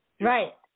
Right